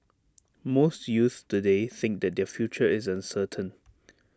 most youths today think that their future is uncertain